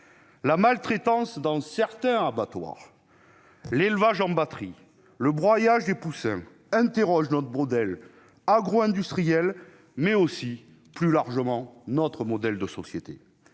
La maltraitance dans certains abattoirs, ... Certains !... l'élevage en batterie et le broyage des poussins interrogent notre modèle agro-industriel, mais aussi, plus largement, notre modèle de société.